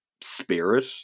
spirit